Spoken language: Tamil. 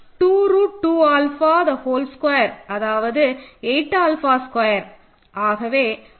2 ரூட் 2 ஆல்ஃபா ஹோல் ஸ்கொயர் அதாவது 8 ஆல்ஃபா ஸ்கொயர்